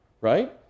right